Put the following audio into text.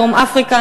דרום-אפריקה,